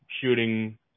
shooting